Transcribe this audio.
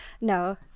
No